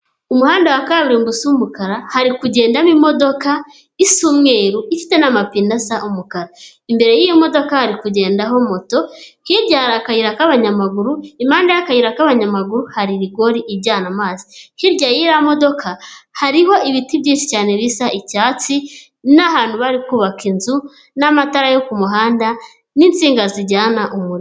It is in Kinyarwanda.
Umuhanda wa kaburimbo usa umukara hari kugendamo imodoka isa umweru, ifite n'amapine asa umukara imbere y'iyo modoka ari kugendaho moto, hirya hari akayira k'abanyamaguru impande y'akayira k'abanyamaguru hari rigori ijyana amazi. Hirya y'iriya modoka hariho ibiti byinshi cyane bisa icyatsi, n'ahantu bari kubaka, inzu n'amatara yo ku muhanda, ninsinga zijyana umuriro.